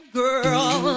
girl